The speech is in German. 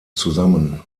zusammen